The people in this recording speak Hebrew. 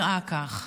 החוק הזאת,